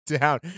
down